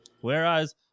Whereas